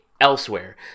elsewhere